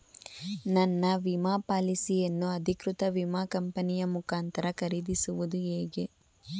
ನನ್ನ ವಿಮಾ ಪಾಲಿಸಿಯನ್ನು ಅಧಿಕೃತ ವಿಮಾ ಕಂಪನಿಯ ಮುಖಾಂತರ ಖರೀದಿಸುವುದು ಹೇಗೆ?